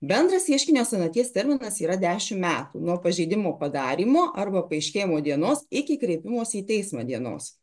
bendras ieškinio senaties terminas yra dešim metų nuo pažeidimo padarymo arba paaiškėjimo dienos iki kreipimosi į teismą dienos